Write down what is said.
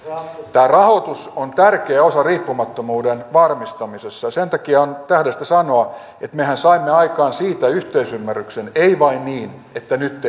tämä rahoitus on tärkeä osa riippumattomuuden varmistamisessa ja sen takia on tähdellistä sanoa että mehän saimme aikaan siitä yhteisymmärryksen ei vain niin että nyt